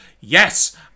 Yes